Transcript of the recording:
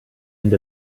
end